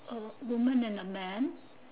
a woman and a man